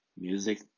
music